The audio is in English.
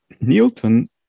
Newton